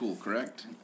correct